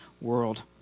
world